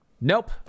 Nope